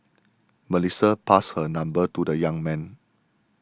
Melissa passed her number to the young man